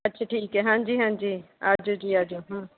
ਅੱਛਾ ਠੀਕ ਹੈ ਹਾਂਜੀ ਹਾਂਜੀ ਆਜੋ ਜੀ ਆਜੋ ਹਮ